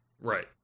Right